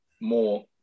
more